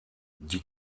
die